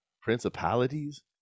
principalities